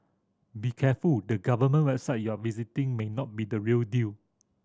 be careful the government website you are visiting may not be the real deal